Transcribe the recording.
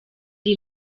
die